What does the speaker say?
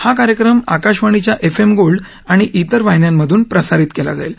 हा कार्यक्रम आकाशवाणीच्या एफ एम गोल्ड आणि श्विर वाहिन्यांमधून प्रसारित केलं जाईल